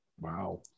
Wow